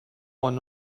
one